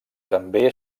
també